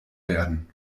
werden